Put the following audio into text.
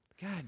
God